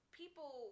people